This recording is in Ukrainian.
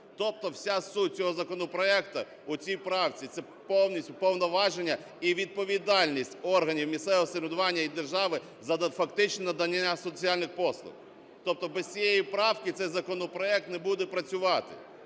Тобто вся суть цього законопроекту у цій правці, це повністю повноваження і відповідальність органів місцевого самоврядування і держави за фактичне надання соціальних послуг. Тобто без цієї правки цей законопроект не буде працювати.